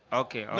okay,